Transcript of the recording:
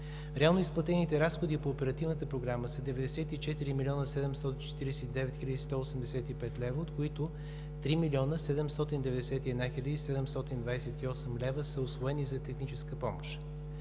Реално изплатените разходи по Оперативната програма са 94 млн. 749 хил. 185 лв., от които 3 млн. 791 хил. 728 лв. са усвоени за техническа помощ.